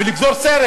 לגזור סרט